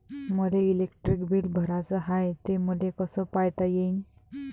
मले electric bill भराचं हाय, ते मले कस पायता येईन?